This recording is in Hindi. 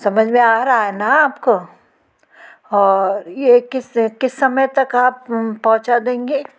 समझ मे आ रहा है ना आप को और ये किस किस समय तक आप पहुंचा देंगे